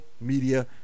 media